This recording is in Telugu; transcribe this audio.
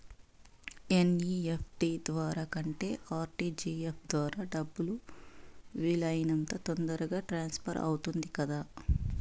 ఎన్.ఇ.ఎఫ్.టి ద్వారా కంటే ఆర్.టి.జి.ఎస్ ద్వారా డబ్బు వీలు అయినంత తొందరగా ట్రాన్స్ఫర్ అవుతుంది కదా